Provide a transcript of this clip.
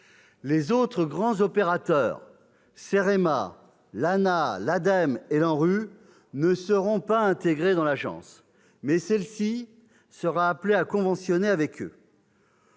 Les autres grands opérateurs- CEREMA, ANAH, ADEME et ANRU -ne seront pas intégrés dans l'agence, mais celle-ci sera appelée à « conventionner » avec eux.